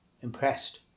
impressed